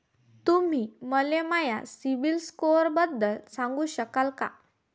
तुम्ही मले माया सीबील स्कोअरबद्दल सांगू शकाल का?